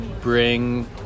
bring